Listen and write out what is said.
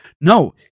No